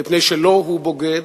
מפני שלא הוא בוגד,